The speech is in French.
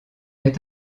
est